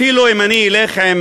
אפילו אם אני אלך עם